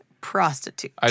prostitute